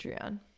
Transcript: on